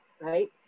right